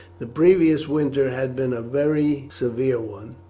the previous winter had been a very severe one,